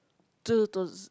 two thous~